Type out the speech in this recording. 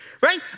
right